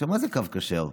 מה זה קו כשר?